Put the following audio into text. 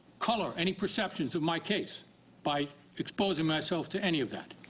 color any perceptions of my case by exposing myself to any of that.